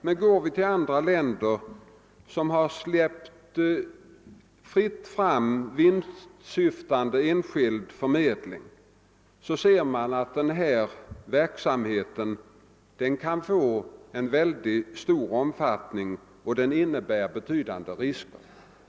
Men går vi till andra länder som fritt har släppt fram enskild förmedling i vinstsyfte, finner vi att denna verksamhet kan få en mycket stor omfattning och innebära betydande risker.